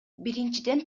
биринчиден